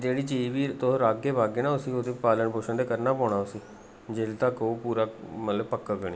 जेह्ड़ी चीज बी तुस राह्गे बाह्गे नां उसी ओह्दे पालन पोशन ते करना पौना उसी जेल्लै तक्कर कि ओह् मतलब पूरा पक्कग नेईं